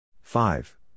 Five